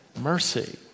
mercy